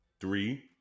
Three